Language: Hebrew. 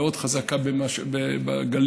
מאוד חזקה בגליל,